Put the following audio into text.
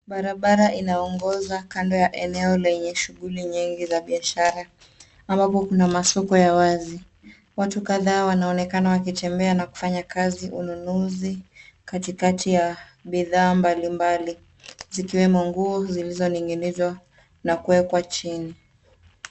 Barabara inaongoza kando ya eneo lenye shughuli nyingi za biashara ambapo kuna masoko ya wazi. Watu kadhaa wanaonekana wakitembea na kufanya kazi ununuzi katikati ya bidhaa mbalimbali zikiwemo nguo zilizo ninginizwa na kuwekwa chini.